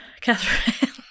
Catherine